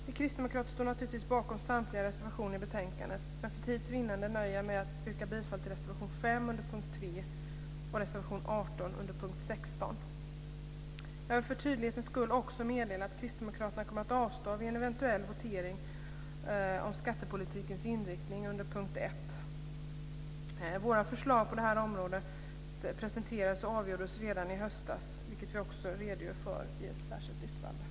Vi kristdemokrater står naturligtvis bakom samtliga reservationer i betänkandet, men för tids vinnande nöjer jag mig med att yrka bifall till reservation 5 under punkt 3 och reservation 18 under punkt 16. Jag vill för tydlighetens skull också meddela att kristdemokraterna kommer att avstå vid en eventuell votering om skattepolitikens inriktning under punkt 1. Våra förslag på det här området presenterades och avgjordes redan i höstas, vilket vi också redogör för i ett särskilt yttrande.